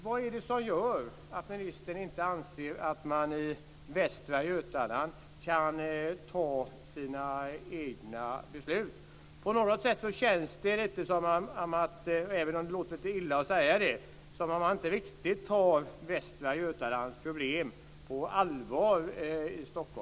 Vad är det som gör att ministern inte anser att man i Västra Götaland kan ta sina egna beslut? På något sätt känns det, även om det låter illa att säga det, som om man i Stockholm inte riktigt tar Västra Götalands problem på allvar.